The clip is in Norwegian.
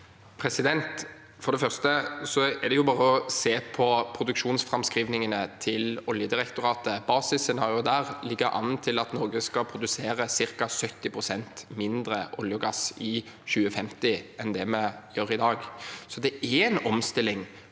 For det første er det bare å se på produksjonsframskrivingene til Oljedirektoratet. Basisscenarioet ligger an til at Norge skal produsere ca. 70 pst. mindre olje og gass i 2050 enn vi gjør i dag. Så det er en omstilling